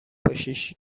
باشیش